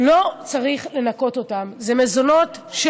לא צריך לנכות אותם, אלה מזונות של